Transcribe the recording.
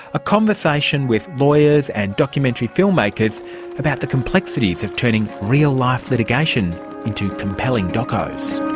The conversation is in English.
a conversation with lawyers and documentary filmmakers about the complexities of turning real-life litigation into compelling docos.